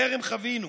טרם חווינו.